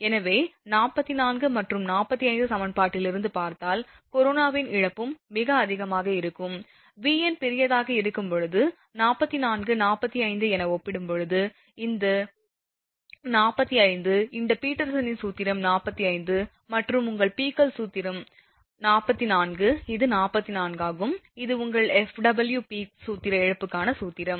எனவே 44 மற்றும் 45 சமன்பாட்டிலிருந்து பார்த்தால் கரோனாவின் இழப்பும் மிக அதிகமாக இருக்கும் Vn பெரியதாக இருக்கும்போது 44 45 என ஒப்பிடும்போது இது 45 இந்த பீட்டர்சனின் சூத்திரம் 45 மற்றும் உங்கள் பீக் சூத்திரம் 44 இது 44 ஆகும் இது உங்கள் FW பீக் சூத்திர இழப்புக்கான சூத்திரம்